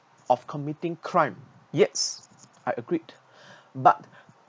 of committing crime yes I agreed but